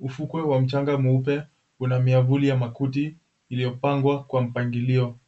ufukwe wa mchanga mweupe una miavuli ya makuti iliyopangwa kwa mpangilio.